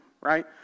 right